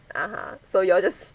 (uh huh) so you all just